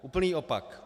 Úplný opak.